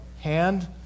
hand